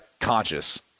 conscious